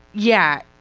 yeah,